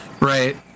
Right